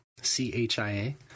C-H-I-A